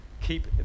keep